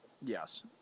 Yes